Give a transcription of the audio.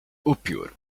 upiór